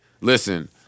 Listen